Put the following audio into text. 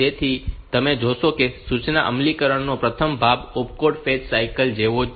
તેથી તમે જોશો કે સૂચના અમલીકરણનો પ્રથમ ભાગ ઓપકોડ ફેચ સાયકલ જેવો જ છે